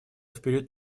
вперед